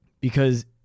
Because-